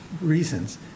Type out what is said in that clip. reasons